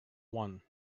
one